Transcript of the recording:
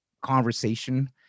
conversation